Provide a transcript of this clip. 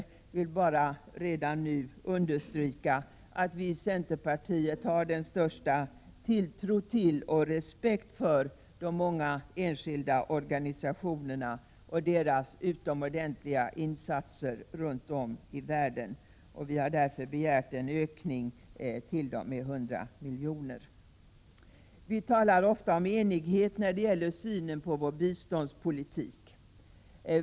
Jag vill nu endast understryka att vi i centerpartiet har den största tilltro till och respekt för de många enskilda organisationerna och deras utomordentliga insatser runt om i världen. Vi har därför begärt en ökning av anslagen till dem med 100 milj.kr. När det gäller synen på vår biståndspolitik talar vi ofta om enighet.